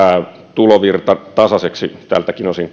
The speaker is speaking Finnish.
tulovirta kulttuurialalle tasaiseksi tältäkin osin